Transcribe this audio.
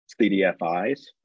cdfis